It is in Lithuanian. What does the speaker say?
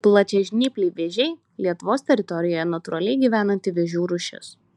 plačiažnypliai vėžiai lietuvos teritorijoje natūraliai gyvenanti vėžių rūšis